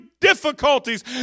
difficulties